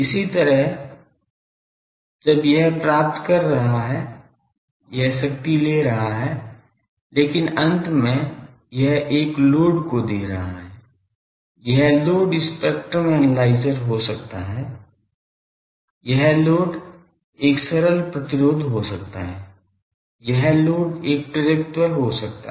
इसी तरह जब यह प्राप्त कर रहा है यह शक्ति ले रहा है लेकिन अंत में यह एक लोड को दे रहा है यह लोड स्पेक्ट्रम एनालाइजर हो सकता है यह लोड एक सरल प्रतिरोध हो सकता है यह लोड एक प्रेरकत्व हो सकता है